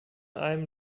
einem